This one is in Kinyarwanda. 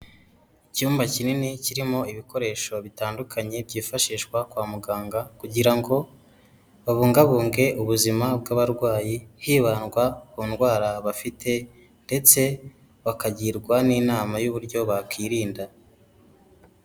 Icyumba kinini kirimo ibikoresho bitandukanye byifashishwa kwa muganga, kugira ngo babungabunge ubuzima bw'abarwayi, hibandwa ku ndwara bafite ndetse bakagirwa n'inama y'uburyo bakirinda.